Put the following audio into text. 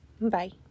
Bye